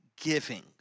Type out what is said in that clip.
giving